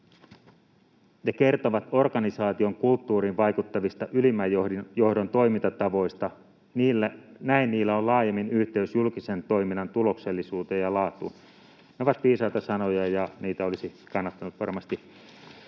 ”Ne kertovat organisaation kulttuuriin vaikuttavista ylimmän johdon toimintatavoista. Näin niillä on laajemmin yhteys julkisen toiminnan tuloksellisuuteen ja laatuun.” Ne ovat viisaita sanoja, ja niitä olisi kannattanut varmasti